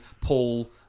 Paul